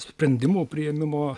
sprendimų priėmimo